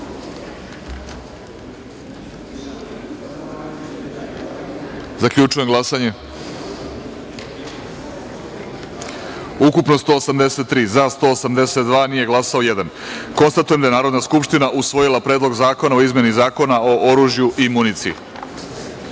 celini. Zaključujem glasanje: ukupno – 183, za – 182, nije glasao – jedan. Konstatujem da je Narodna skupština usvojila Predlog zakona o izmeni Zakona o oružju i municiji.11.